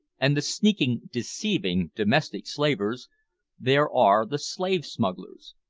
and the sneaking, deceiving domestic slavers there are the slave-smugglers.